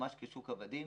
ממש כשוק עבדים.